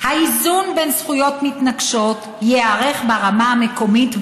האיזון בין זכויות מתנגשות ייערך ברמה המקומית,